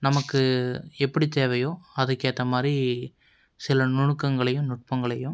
நமக்கு எப்படி தேவையோ அதுக்கேற்ற மாதிரி சில நுணுக்கங்களையும் நுட்பங்களையும்